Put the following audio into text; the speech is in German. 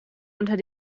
unter